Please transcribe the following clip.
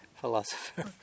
philosopher